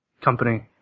Company